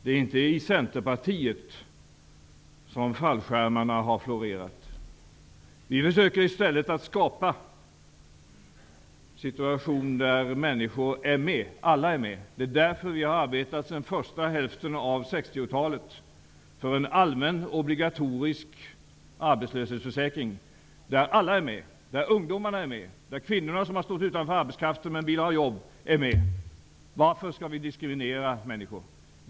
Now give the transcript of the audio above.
Det är inte i Centerpartiet som fallskärmarna har florerat. Vi försöker i stället att skapa en situation där människor är med, alla är med. Det är därför vi har arbetat sedan första hälften av 1960-talet för en allmän obligatorisk arbetslöshetsförsäkring, där alla är med, även ungdomar, kvinnor som stått utanför arbetskraften, men vill ha jobb. Varför skall vi diskriminera människor?